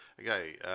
Okay